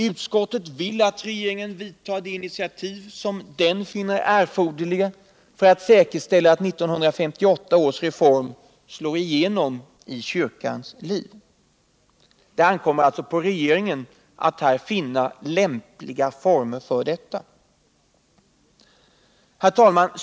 Utskottet vill att regeringen tar de initiativ som den finner erforderliga för att säkerställa att 1958 års reform slår igenom i kyrkans liv. Det ankommer alltså på regeringen att finna lämpliga former för detta. Herr talman!